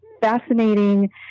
fascinating